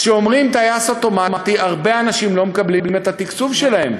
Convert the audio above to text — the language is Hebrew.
כשאומרים "טייס אוטומטי" הרבה אנשים לא מקבלים את התקצוב שלהם.